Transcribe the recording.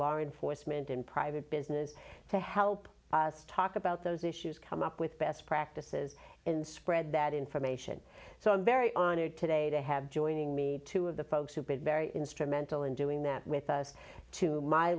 law enforcement in private business to help us talk about those issues come up with best practices and spread that information so i'm very honored today to have joining me two of the folks who've been very instrumental in doing that with us to my